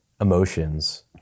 emotions